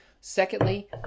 Secondly